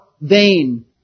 Vain